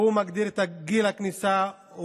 הוא מגדיר את גיל הכניסה,